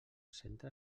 centre